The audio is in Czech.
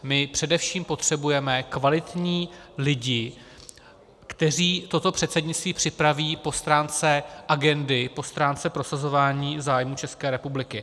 My především potřebujeme kvalitní lidi, kteří toto předsednictví připraví po stránce agendy, po stránce prosazování zájmů České republiky.